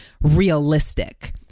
realistic